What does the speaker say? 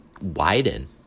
widen